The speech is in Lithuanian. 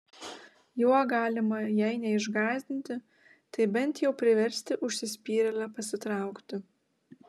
juo galima jei neišgąsdinti tai bent jau priversti užsispyrėlę pasitraukti